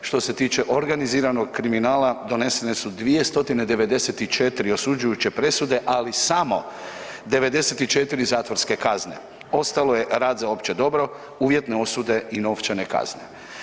Što se tiče organiziranog kriminala donesene su 294 osuđujuće presude, ali samo 94 zatvorske kazne, ostalo je rad za opće dobro, uvjetne osude i novčane kazne.